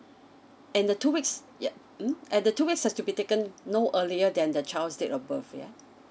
and the two weeks yup hmm and the two weeks has to be taken no earlier than the child's date of birth yeah